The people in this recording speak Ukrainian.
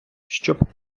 щоб